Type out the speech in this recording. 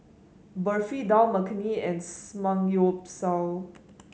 Barfi Dal Makhani and Samgyeopsal